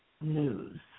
News